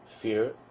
fear